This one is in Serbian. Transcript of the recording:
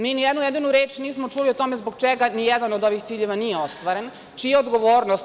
Mi ni jednu jedinu reč nismo čuli o tome, zbog čega ni jedan od ovih ciljeva nije ostvaren, čija je odgovornost.